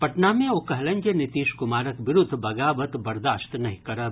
पटना मे ओ कहलनि जे नीतीश कुमारक विरूद्ध बगावत बर्दाश्त नहि करब